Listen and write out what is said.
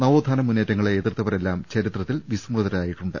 നവോത്ഥാന മുന്നേറ്റങ്ങളെ എതിർത്തവരെല്ലാം ചരിത്രത്തിൽ വിസ്മൃതരാ യിട്ടുണ്ട്